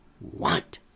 want